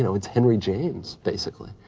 you know it's henry james, basically.